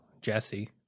Jesse